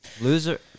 Loser